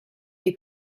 dei